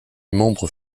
membre